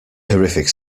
horrific